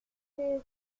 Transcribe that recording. que